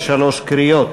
בשלוש קריאות.